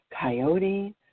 Coyote